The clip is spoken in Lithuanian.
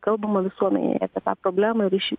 kalbama visuomenėj apie tą problemą ir iš